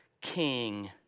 king